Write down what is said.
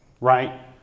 right